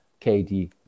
KD